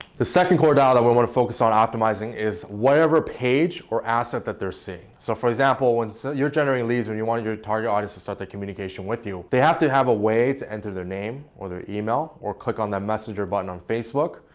the second core dial that i want to focus on optimizing is whatever page or asset that they're seeing. so for example, when so you're generating leads when you want your target audience to start that communication with you, they have to have a way to enter their name or their email, or click on the messenger button on facebook,